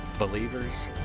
Believer's